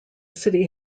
city